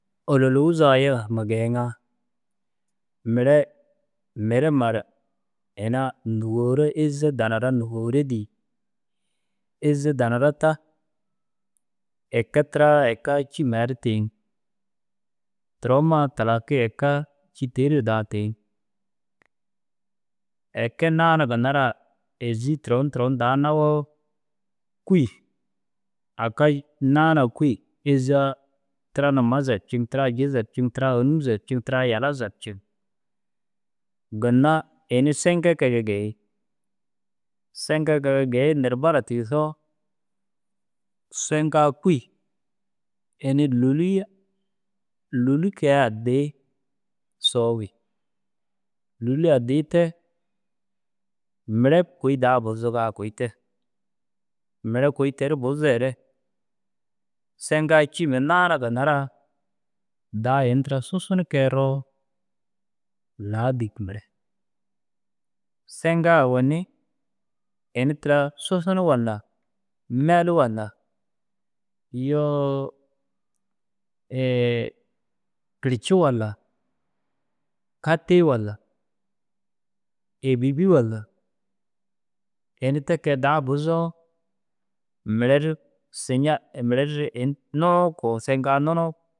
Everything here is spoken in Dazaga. Ôlolou zaga yege huma geeyiŋaa mere merema ru ina nûwora êzza danara nûwora dîi. Êzza danara ta eke tira ekaa cî mari tiig turoma talaki ekaa cî têere daa tiig eke naana ginna ra êzzi turon turon da nawoo kûi aka naana kûi êzzaa tira na ma zepciŋ tira na ji zepciŋ. Tira ônum zepciŋ tira yala zepciŋ. Ginna ini seŋke kege geeyiŋ seŋke kege geeyine ru bara tigisoo seŋk kûi ini lûli lûlu kee addi soog. Lûlu addi te mire kôi da buzuga kôi te mire kôi ter u buzere seŋka cîma nana ginna ra buzere da ini tira susun kee roo ladik mire. Seŋka owoni ini tira susun walla meli walla yoo iiii kirci walla kati walla êbibi walla ini ti kee da buzoo mire ru siña ini seŋka nunug.